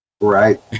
Right